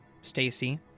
Stacy